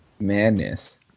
madness